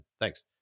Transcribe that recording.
Thanks